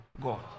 God